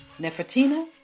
Nefertina